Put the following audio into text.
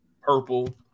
Purple